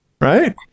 right